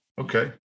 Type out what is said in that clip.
okay